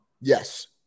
Yes